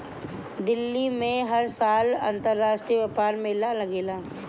दिल्ली में हर साल अंतरराष्ट्रीय व्यापार मेला लागेला